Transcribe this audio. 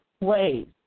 ways